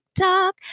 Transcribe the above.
talk